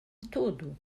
tudo